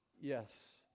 Yes